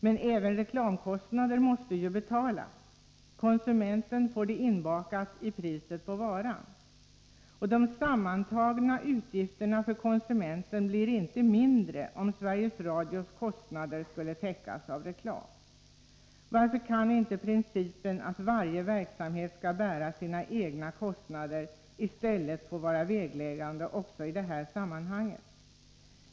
Men även reklamkostnader måste betalas. Konsumenten får det inbakat i priset på varan. De sammantagna utgifterna för konsumenten blir inte mindre om Sveriges Radios kostnader skulle täckas av reklam. Varför kan inte principen att varje verksamhet skall bära sina egna kostnader i stället få vara vägledande också i det här sammanhanget?